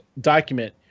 Document